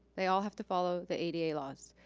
they all have to follow the ada laws.